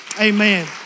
Amen